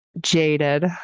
Jaded